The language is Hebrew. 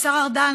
השר ארדן,